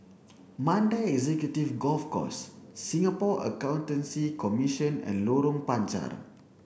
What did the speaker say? Mandai Executive Golf Course Singapore Accountancy Commission and Lorong Panchar